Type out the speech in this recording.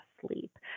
sleep